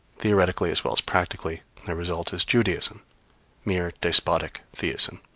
theoretically as well as practically, their result is judaism mere despotic theism.